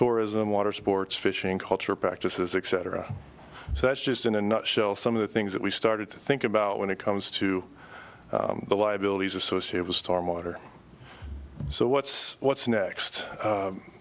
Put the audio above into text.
tourism water sports fishing culture practices except for a so that's just in a nutshell some of the things that we started to think about when it comes to the liabilities associate with storm water so what's what's next